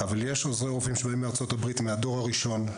אבל יש עוזרי רופאים שעולים מארצות הברית מהדור הראשון,